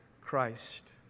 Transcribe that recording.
Christ